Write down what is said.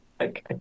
Okay